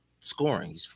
scoring